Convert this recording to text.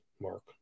Mark